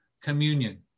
communion